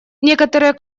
некоторые